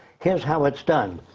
here's how it's done.